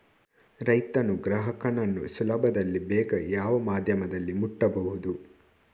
ರೈತನು ಗ್ರಾಹಕನನ್ನು ಸುಲಭದಲ್ಲಿ ಬೇಗ ಯಾವ ಮಾಧ್ಯಮದಲ್ಲಿ ಮುಟ್ಟಬಹುದು?